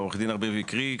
עורך הדין ארביב הקריא,